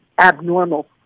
abnormal